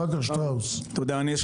דבריי.